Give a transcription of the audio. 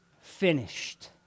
finished